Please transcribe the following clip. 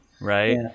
right